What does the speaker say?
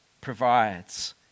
provides